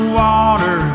water